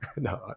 no